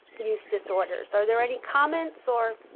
use disorders. are there any comments or